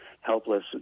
helpless